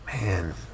Man